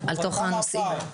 כמה הפער?